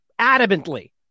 adamantly